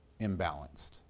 imbalanced